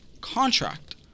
contract